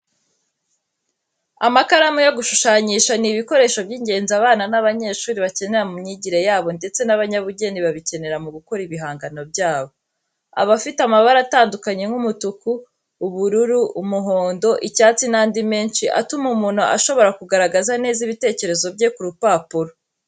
Amakaramu yo gushushanyisha ni ibikoresho by'ingenzi abana n'abanyeshuri bakenera mu myigire yabo ndetse n'abanyabugeni babikenera mu gukora ibihangano byabo. Aba afite amabara atandukanye nk'umutuku, ubururu, umuhondo, icyatsi n'andi menshi atuma umuntu ashobora kugaragaza neza ibitekerezo bye ku rupapuro.